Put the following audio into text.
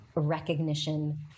recognition